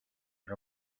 her